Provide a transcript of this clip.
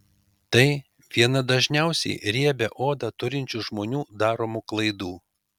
tai viena dažniausiai riebią odą turinčių žmonių daromų klaidų